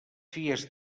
fies